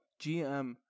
GM